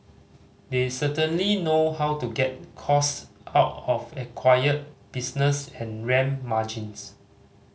they certainly know how to get costs out of acquired business and ramp margins